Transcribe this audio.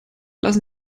lassen